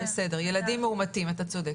בסדר, ילדים מאומתים, אתה צודק.